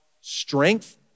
strength